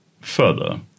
further